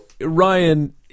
Ryan